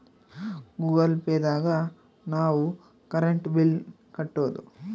Google Pay ದಾಗ ನಾವ್ current bill ಕಟ್ಟೋದು